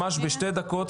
ממש בשתי דקות,